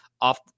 off